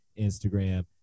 Instagram